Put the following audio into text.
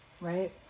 right